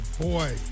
boy